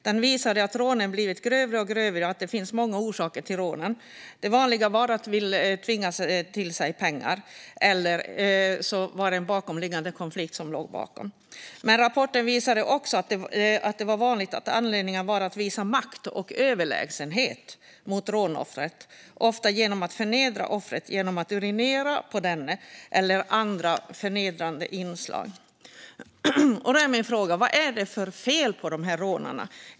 Den visade att rånen blivit grövre och grövre och att det fanns många orsaker till dem. Det vanliga var de handlade om att tvinga till sig pengar eller om en bakomliggande konflikt. Men rapporten visade också att det var vanligt att det handlade om att visa makt och överlägsenhet mot rånoffret, vilket ofta visades genom att man urinerade på offret eller genom andra förnedrande inslag. Vad är det för fel på dessa människor?